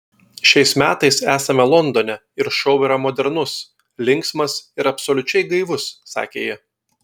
šiais metais esame londone ir šou yra modernus linksmas ir absoliučiai gaivus sakė ji